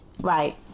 right